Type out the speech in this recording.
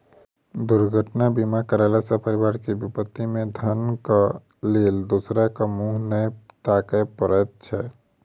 दुर्घटना बीमा करयला सॅ परिवार के विपत्ति मे धनक लेल दोसराक मुँह नै ताकय पड़ैत छै